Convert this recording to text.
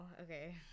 okay